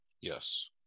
yes